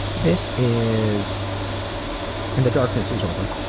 this is and the darkness is over,